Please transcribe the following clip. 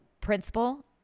principal